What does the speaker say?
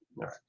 right